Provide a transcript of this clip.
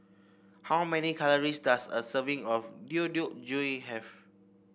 how many calories does a serving of Deodeok have